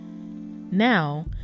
Now